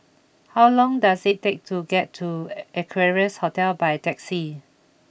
how long does it take to get to Equarius Hotel by taxi